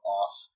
off